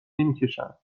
نمیکشند